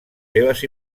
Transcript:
seves